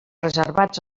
reservats